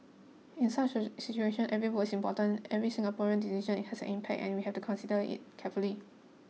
in such a situation every vote is important every Singaporean's decision has an impact and we have to consider it carefully